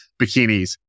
bikinis